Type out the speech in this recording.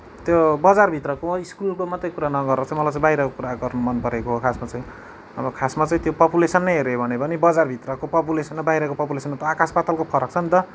त्यो बजारभित्रको स्कुलको मात्रै कुरा नगरेर चाहिँ मलाई चाहिँ बाहिरको कुरा गर्न मन परेको हो खासमा चाहिँ अब खासमा चाहिँ त्यो पोपुलेसनै हेऱ्यो भने पनि बजारभित्रको पोपुलेसन र बाहिरको पोपुलेसनमा त आकाश पातालको फरक छ नि त